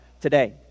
today